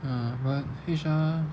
ah but H_R